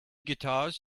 guitars